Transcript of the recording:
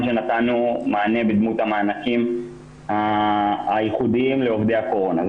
שנתנו מענה בדמות המענקים הייחודיים לעובדי הקורונה.